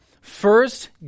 First